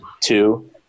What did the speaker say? two